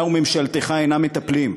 אתה וממשלתך אינם מטפלים.